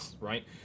right